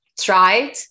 tried